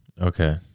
Okay